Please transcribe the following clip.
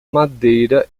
madeira